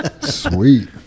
Sweet